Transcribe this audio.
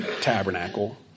tabernacle